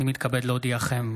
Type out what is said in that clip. הינני מתכבד להודיעכם,